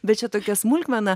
bet čia tokia smulkmena